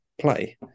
play